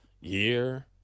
year